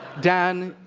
dan,